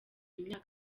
imyaka